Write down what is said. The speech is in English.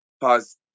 Pause